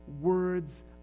words